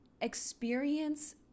experience